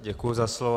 Děkuji za slovo.